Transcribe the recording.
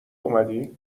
اومدی